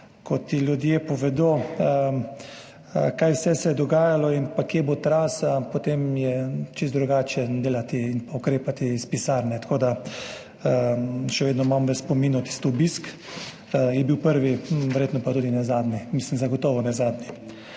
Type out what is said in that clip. ko ti ljudje povedo, kaj vse se je dogajalo in kje bo trasa, potem je čisto drugače delati in ukrepati iz pisarne. Tako da, še vedno imam v spominu tisti obisk, je bil prvi, verjetno pa tudi ne zadnji, mislim, zagotovo ne zadnji.